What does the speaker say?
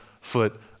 foot